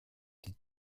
die